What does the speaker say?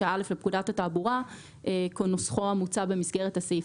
69(א) לפקודת התעבורה כנוסחו המוצע במסגרת הסעיף.